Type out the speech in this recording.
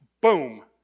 boom